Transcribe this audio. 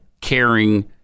caring